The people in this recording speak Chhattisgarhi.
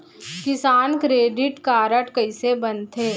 किसान क्रेडिट कारड कइसे बनथे?